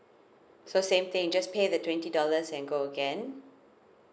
so same thing just pay the twenty dollars and go again